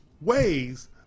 ways